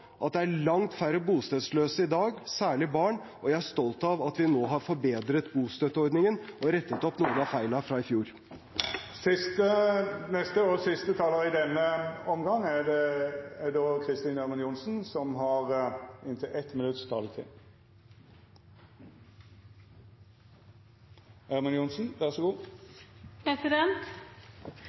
at det er langt færre bostedsløse i dag, særlig barn, og jeg er stolt av at vi nå har forbedret bostøtteordningen og rettet opp noen av feilene fra i fjor. Representanten Kristin Ørmen Johnsen har hatt ordet to gonger tidlegare og får ordet til ein kort merknad, avgrensa til 1 minutt. Det som